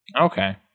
okay